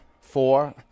four